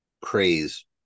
craze